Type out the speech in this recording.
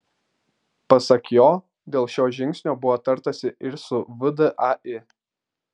pasak jo dėl šio žingsnio buvo tartasi ir su vdai